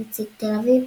נציג תל אביב,